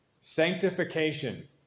Sanctification